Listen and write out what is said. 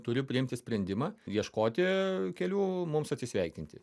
turiu priimti sprendimą ieškoti kelių mums atsisveikinti